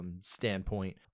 Standpoint